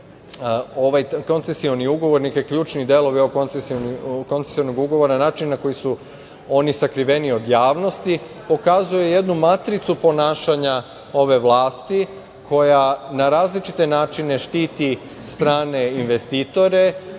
je koncesioni ugovornike, ključni delovi ovog koncesionog ugovora na način na koji su oni sakriveni od javnosti pokazuje jednu matricu ponašanja ove vlasti, koja na različite načine štiti strane investitore,